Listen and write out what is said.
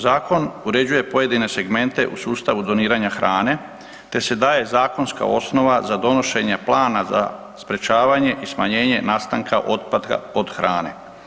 Zakon uređuje pojedine segmente u sustavu doniranja hrane te se daje zakonska osnova za donošenje plana za sprečavanje i smanjenje nastanka otpatka od hrane.